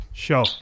Show